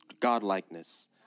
godlikeness